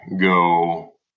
go